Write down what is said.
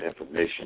information